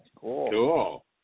Cool